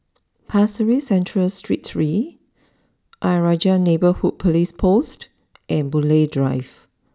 Pasir Ris Central Street three Ayer Rajah Neighbourhood police post and Boon Lay Drive